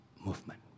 movement